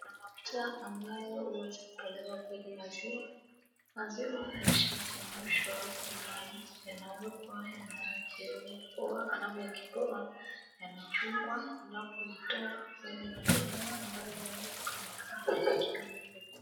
Kuna mafuta ambayo huweza kutolewa kwenye maziwa. Maziwa yakishachemshwa sana, yanawekwa yanapoa. Yanavyokipoa, yanachungwa alafu mafuta yanatolewa ambayo yanaweza kutumika kama mafuta.